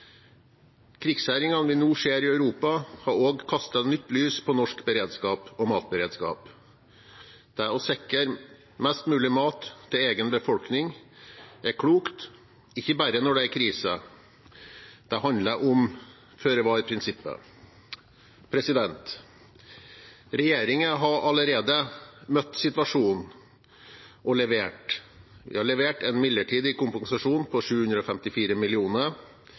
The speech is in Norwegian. vi nå ser i Europa, har også kastet nytt lys over norsk beredskap og matberedskap. Det å sikre mest mulig mat til egen befolkning er klokt, ikke bare når det er krise. Det handler om føre-var-prinsippet. Regjeringen har allerede møtt situasjonen og levert. Vi har levert en midlertidig kompensasjon på 754